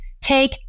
Take